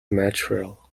material